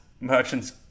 merchants